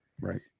Right